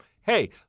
hey